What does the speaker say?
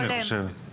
אני חושב שיש יותר.